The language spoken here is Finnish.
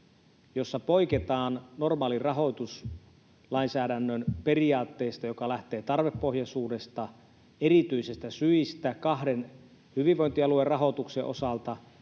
jossa poiketaan normaalin rahoituslainsäädännön periaatteista ja joka lähtee tarvepohjaisuudesta, erityisistä syistä kahden hyvinvointialueen rahoituksen osalta,